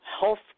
health